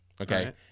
okay